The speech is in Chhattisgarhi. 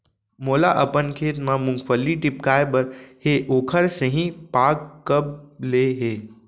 मोला अपन खेत म मूंगफली टिपकाय बर हे ओखर सही पाग कब ले हे?